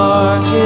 Dark